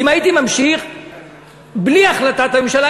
אם הייתי ממשיך בלי החלטת הממשלה,